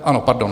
Ano, pardon.